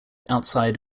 outside